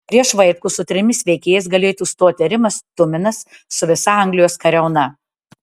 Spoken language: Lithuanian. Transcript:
prieš vaitkų su trimis veikėjais galėtų stoti rimas tuminas su visa anglijos kariauna